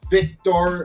Victor